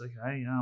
Okay